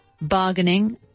bargaining